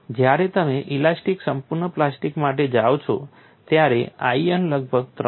જ્યારે તમે ઇલાસ્ટિક સંપૂર્ણ પ્લાસ્ટિક માટે જાઓ છો ત્યારે In લગભગ ત્રણ છે